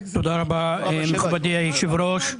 תודה רבה, מכובדי יושב הראש.